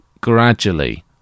gradually